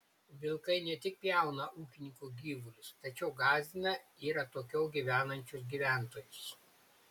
vilkai ne tik pjauna ūkininkų gyvulius tačiau gąsdina ir atokiau gyvenančius gyventojus